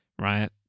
right